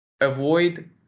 avoid